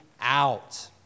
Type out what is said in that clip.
out